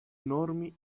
enormi